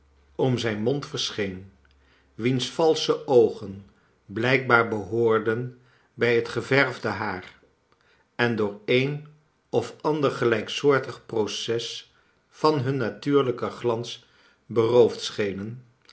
om zijn mond verscheen wiens valsche oogen blijkbaar behoorden bij het geverfde haar en door een of ander gelijksoortig proces van hun natuurlijken glans beroofd schenen